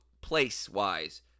place-wise